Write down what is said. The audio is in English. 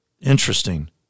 Interesting